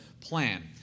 plan